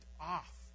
off